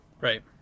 Right